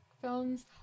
films